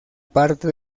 parte